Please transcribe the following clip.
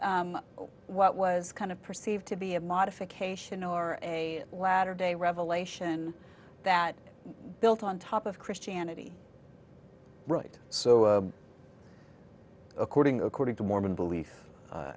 with what was kind of perceived to be a modification or a latter day revelation that built on top of christianity right so according according to mormon belie